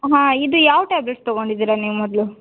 ಹಾಂ ಇದು ಯಾವ ಟ್ಯಾಬ್ಲೇಟ್ಸ್ ತಗೊಂಡಿದ್ದೀರಾ ನೀವು ಮೊದಲು